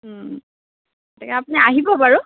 গতিকে আপুনি আহিব বাৰু